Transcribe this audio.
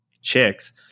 chicks